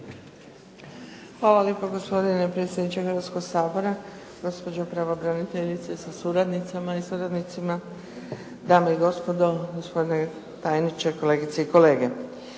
Hvala lijepa gospodine predsjedniče Hrvatskoga sabora, gospođo pravobraniteljice sa suradnicama i suradnicima, dame i gospodo, gospodine tajniče, kolegice i kolege.